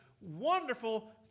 wonderful